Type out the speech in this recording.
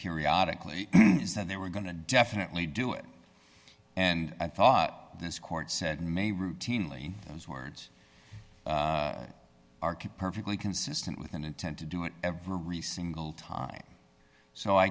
periodically is that they were going to definitely do it and i thought this court said may routinely those words are can perfectly consistent with an intent to do it every single time so i